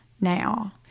now